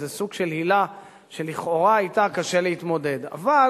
איזה סוג של הילה שלכאורה קשה להתמודד אִתה.